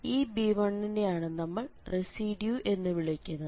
ഈ b1 നെയാണ് നമ്മൾ റെസിഡ്യൂ എന്ന് വിളിക്കുന്നത്